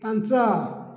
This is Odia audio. ପାଞ୍ଚ